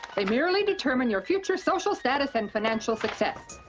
they merely determine your future social status and financial success.